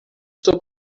sua